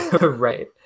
Right